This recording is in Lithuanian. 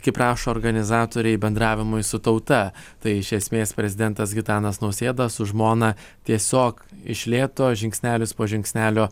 kaip rašo organizatoriai bendravimui su tauta tai iš esmės prezidentas gitanas nausėda su žmona tiesiog iš lėto žingsnelis po žingsnelio